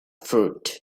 fruit